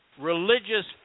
religious